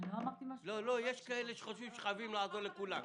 יש מי שחושבים שצריך לעזור לכולם.